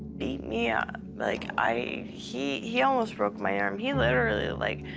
beat me up. like, i he he almost broke my arm. he literally, like,